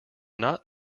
not